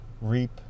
reap